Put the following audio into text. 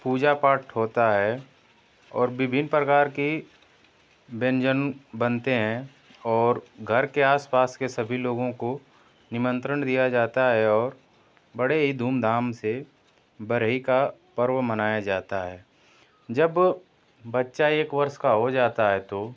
पूजा पाठ होता है और विभिन्न प्रकार कि व्यंजन बनते हैं और घर के आसपास के सभी लोगों को निमंत्रण दिया जाता है और बड़े ही धूम धाम से बरहई का पर्व मनाया जाता है जब बच्चा एक वर्ष का हो जाता है तो